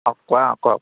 অঁ কোৱা কওক